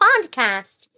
podcast